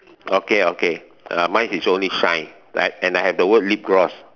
okay okay uh mine is only shine and I and I have the word lip gloss